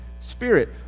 spirit